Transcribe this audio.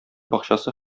бакчасы